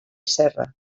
serra